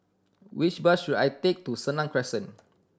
which bus should I take to Senang Crescent